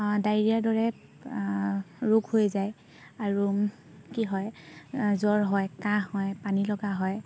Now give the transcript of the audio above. ডাইৰিয়াৰ দৰে ৰোগ হৈ যায় আৰু কি হয় জ্বৰ হয় কাহ হয় পানীলগা হয়